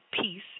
Peace